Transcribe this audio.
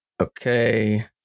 Okay